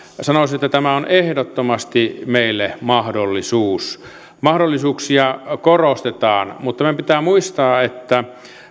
sanoisin että tämä on ehdottomasti meille mahdollisuus mahdollisuuksia korostetaan mutta meidän pitää muistaa että